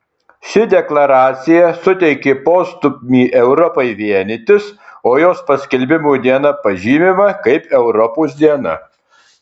ši deklaracija suteikė postūmį europai vienytis o jos paskelbimo diena pažymima kaip europos diena